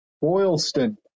Boylston